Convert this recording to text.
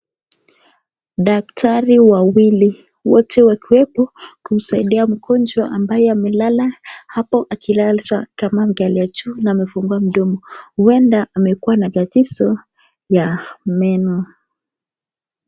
Daktari wawili wote wakiwepo kumsaidia mgonjwa ambaye amelala hapo akilazwa kama angalia juu na amefungwa mdomo. Huenda amekuwa na tatizo ya meno.